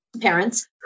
parents